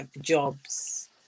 jobs